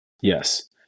Yes